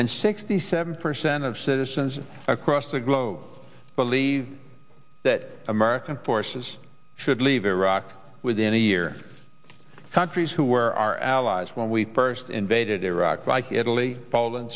and sixty seven percent of citizens across the globe believe that american forces should leave iraq within a year countries who are our allies when we first invaded iraq like italy